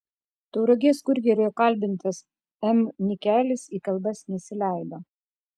tauragės kurjerio kalbintas m nikelis į kalbas nesileido